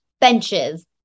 benches